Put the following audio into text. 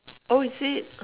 oh is it